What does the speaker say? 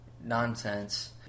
nonsense